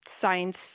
science